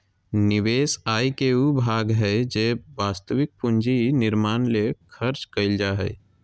निवेश आय के उ भाग हइ जे वास्तविक पूंजी निर्माण ले खर्च कइल जा हइ